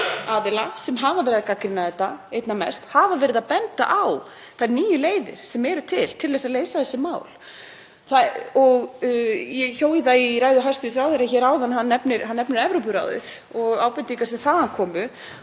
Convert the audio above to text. aðila sem hafa verið að gagnrýna þetta einna mest, hafa verið að benda á þær nýju leiðir sem eru til til þess að leysa þessi mál. Ég hjó eftir því í ræðu hæstv. ráðherra áðan að hann nefndi Evrópuráðið og ábendingar sem þaðan komu.